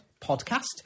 podcast